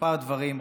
כמה דברים.